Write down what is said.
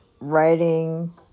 Writing